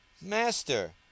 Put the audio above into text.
Master